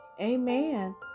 Amen